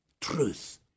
truth